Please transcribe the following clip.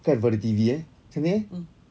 kan for the T_V eh cantik eh